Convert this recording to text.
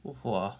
what vo ah